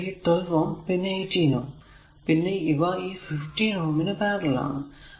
ഇവിടെ 12 Ω പിന്നെ 18 Ω പിന്നെ ഇവ ഈ 15 Ω നു പാരലൽ ആണ്